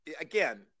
again